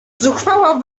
zuchwała